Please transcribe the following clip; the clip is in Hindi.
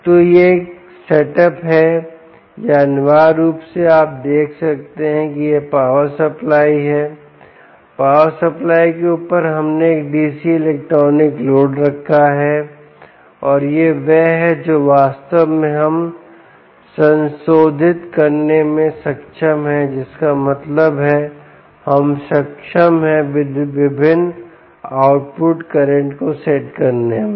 तो यह एक सेट अप है यहां अनिवार्य रूप से आप देख सकते हैं कि यह पावर सप्लाई है पावर सप्लाई के ऊपर हमने एक डीसी इलेक्ट्रॉनिक लोड रखा है और यह वह है जो वास्तव में हम संशोधित करने में सक्षम हैं जिसका मतलब है कि हम सक्षम हैं विभिन्न आउटपुट करंट को सेट करने में